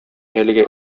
әлеге